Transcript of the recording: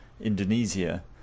Indonesia